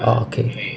ah okay